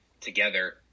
together